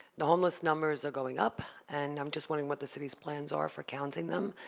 the homeless numbers are going up and i'm just wondering what the city's plans are for counting them.